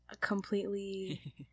completely